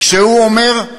כשהוא אומר: